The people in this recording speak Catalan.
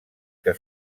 que